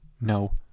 No